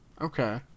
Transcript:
Okay